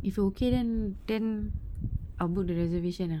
if okay then then I'll book the reservation ah